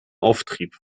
auftrieb